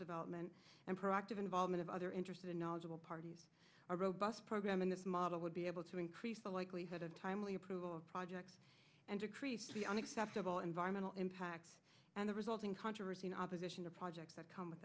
development and proactive involvement of other interested knowledgeable parties a robust program in this model would be able to increase the likelihood of timely approval of projects and decrease the unacceptable environmental impact and the resulting controversy in opposition to projects that come with